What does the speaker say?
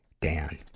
Dan